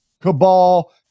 cabal